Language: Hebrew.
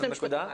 שני משפטים.